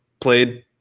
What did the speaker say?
played